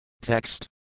Text